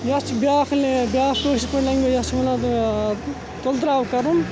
یا چھِ بیٛاکھ لے یا بیٛاکھ کٲشِرۍ پٲٹھۍ لینٛگویج یَتھ چھِ وَنان تُل ترٛاو کَرُن